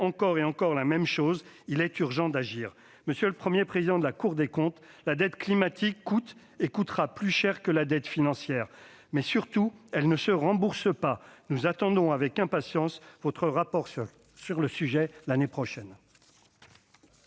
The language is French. encore et encore ceci : il est urgent d'agir ! Monsieur le Premier président de la Cour des comptes, la dette climatique coûte et coûtera plus cher que la dette financière. Surtout, elle ne se rembourse pas. Nous attendons avec impatience votre rapport sur le sujet l'année prochaine.